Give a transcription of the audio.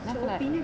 then I feel like